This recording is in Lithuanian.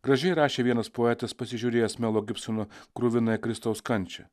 gražiai rašė vienas poetas pasižiūrėjęs melo gibsono kruvinąją kristaus kančią